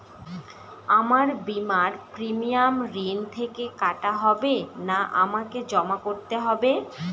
আমার বিমার প্রিমিয়াম ঋণ থেকে কাটা হবে না আমাকে জমা করতে হবে?